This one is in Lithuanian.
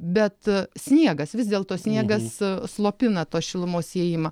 bet sniegas vis dėlto sniegas slopina tos šilumos įėjimą